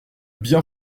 bien